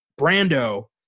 Brando